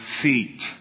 feet